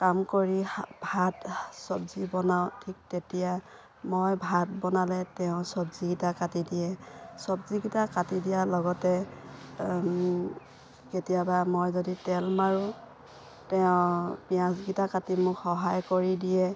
কাম কৰি শা ভাত চব্জি বনাওঁ ঠিক তেতিয়া মই ভাত বনালে তেওঁ চব্জিগিটা কাটি দিয়ে চব্জিগিটা কাটি দিয়াৰ লগতে কেতিয়াবা মই যদি তেল মাৰো তেওঁ পিঁয়াজগিটা কাটি মোক সহায় কৰি দিয়ে